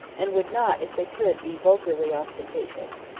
and would not, if they could, be vulgarly ostentatious.